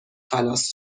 خلاص